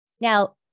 Now